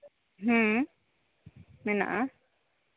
ᱦᱮᱸ ᱢᱮᱱᱟᱜᱼᱟ